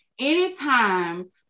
Anytime